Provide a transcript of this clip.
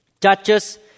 Judges